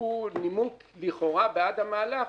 הוא נימוק לכאורה בעד המהלך,